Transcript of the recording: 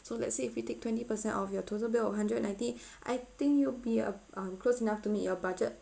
so let's say if you take twenty percent of your total bill of hundred ninety I think it'll be uh um close enough to meet your budget